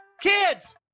Kids